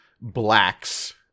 Blacks